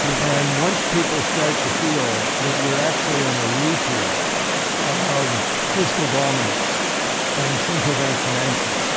and once people start to feel that we're actually on a route here of fiscal dominance and central bank financing,